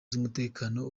z’umutekano